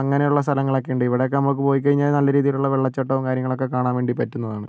അങ്ങനെയുള്ള സ്ഥലങ്ങളൊക്കെയുണ്ട് ഇവിടെയൊക്കെ നമുക്ക് പോയിക്കഴിഞ്ഞാൽ നല്ല രീതിയിലുള്ള വെള്ളച്ചാട്ടം കാര്യങ്ങളൊക്കെ കാണാൻ വേണ്ടി പറ്റുന്നതാണ്